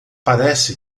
parece